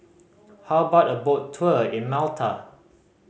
how about a boat tour in Malta